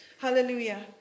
Hallelujah